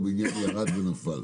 או בניין ירד ונפל.